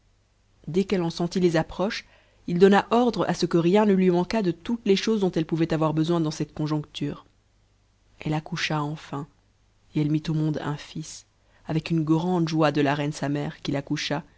dès qu'elle en sentit les approches il donna ordre à ce que rien ne lui manquât detoules les choses dont elle pouvait avoir besoin dans cette conjoncture elle accoucha enfin et elle mit au monde un fils avec une grande joie de la reine sa mère qui l'accoucha